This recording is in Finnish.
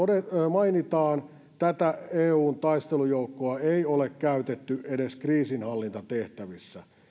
mainitaan tätä eun taistelujoukkoa ei ole käytetty edes kriisinhallintatehtävissä